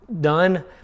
done